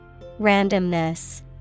Randomness